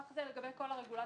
כך זה לגבי כל הרגולטורים,